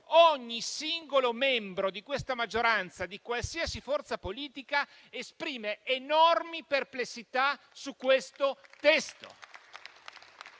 ogni singolo membro di questa maggioranza, di qualsiasi forza politica, esprime enormi perplessità su questo testo.